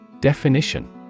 Definition